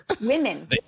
women